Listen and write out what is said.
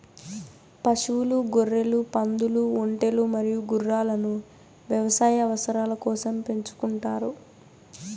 పశువులు, గొర్రెలు, పందులు, ఒంటెలు మరియు గుర్రాలను వ్యవసాయ అవసరాల కోసం పెంచుకుంటారు